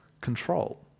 Control